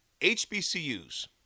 HBCUs